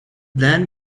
then